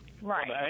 right